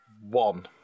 One